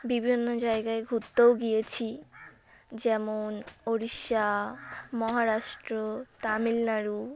বিভিন্ন জায়গায় ঘুরতেও গিয়েছি যেমন ওড়িষ্যা মহারাষ্ট্র তামিলনাড়ু